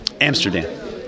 Amsterdam